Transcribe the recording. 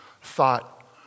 thought